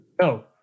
No